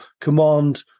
command